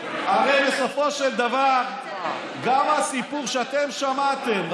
הרי בסופו של דבר גם הסיפור שאתם שמעתם,